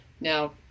Now